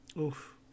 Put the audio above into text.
Oof